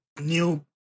new